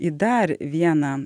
į dar vieną